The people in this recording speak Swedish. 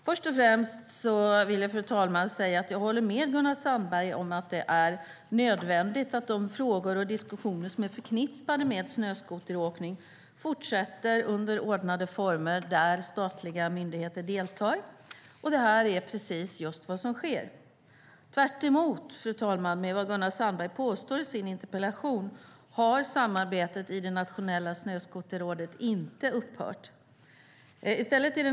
Först och främst vill jag säga att jag håller med Gunnar Sandberg om att det är nödvändigt att de frågor och diskussioner som är förknippade med snöskoteråkning fortsätter under ordnade former där statliga myndigheter deltar. Och detta är just vad som sker. Tvärtemot, fru talman, vad Gunnar Sandberg påstår i sin interpellation har samarbetet i Nationella Snöskoterrådet inte upphört.